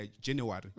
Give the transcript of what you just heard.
January